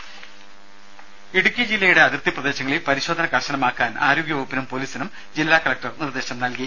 രുര ഇടുക്കി ജില്ലയുടെ അതിർത്തി പ്രദേശങ്ങളിൽ പരിശോധന കർശനമാക്കാൻ ആരോഗ്യവകുപ്പിനും പോലീസിനും ജില്ലാ കലക്ടർ നിർദേശം നൽകി